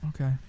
Okay